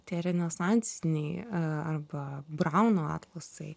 tie renesansiniai arba brauno atlasai